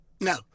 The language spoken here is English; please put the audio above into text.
No